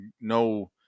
no